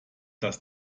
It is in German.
dass